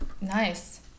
Nice